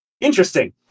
interesting